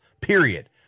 period